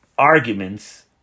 arguments